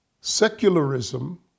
secularism